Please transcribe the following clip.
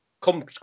come